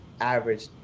average